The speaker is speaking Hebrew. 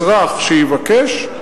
אזרח שיבקש,